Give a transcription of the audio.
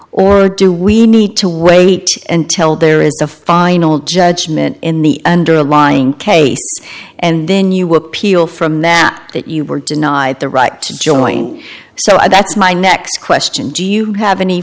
or do we need to wait until there is a final judgment in the underlying case and then you will appeal from that that you were denied the right to join so i that's my next question do you have any